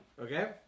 okay